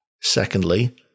Secondly